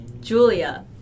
Julia